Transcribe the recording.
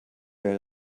wäre